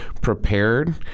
prepared